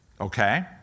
Okay